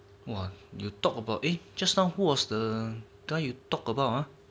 !wah! you talk about eh just now who was the time you talk about ah